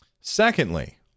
Secondly